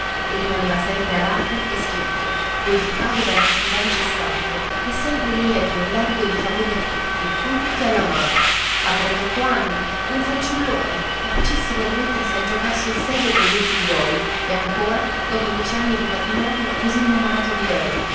e rimaneva sempre alacre e schietto purificato dall'attività incessante e sempre lieto e largo di favori a tutti con tutti alla mano a trent'otto anni un fanciullone capacissimo di mettersi a giocar sul serio coi due figliuoli e ancora dopo dieci anni di matrimonio così innamorato di lei